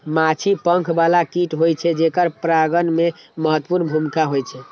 माछी पंख बला कीट होइ छै, जेकर परागण मे महत्वपूर्ण भूमिका होइ छै